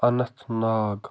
انٛنت ناگ